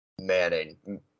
Manning